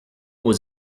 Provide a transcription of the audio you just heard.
was